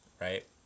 right